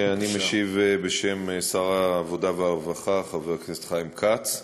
אני משיב בשם שר העבודה והרווחה חבר הכנסת חיים כץ.